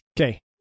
Okay